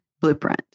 Blueprint